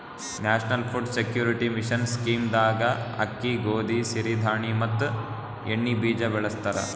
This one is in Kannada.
national food security mission scheme ದಾಗ ಅಕ್ಕಿ, ಗೋದಿ, ಸಿರಿ ಧಾಣಿ ಮತ್ ಎಣ್ಣಿ ಬೀಜ ಬೆಳಸ್ತರ